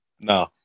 No